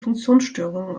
funktionsstörungen